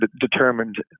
determined